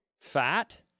fat